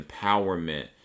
empowerment